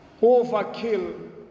overkill